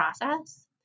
process